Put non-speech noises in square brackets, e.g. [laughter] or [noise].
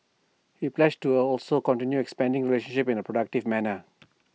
he pledged to [hesitation] also continue expanding the relationship in A productive manner